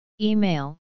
Email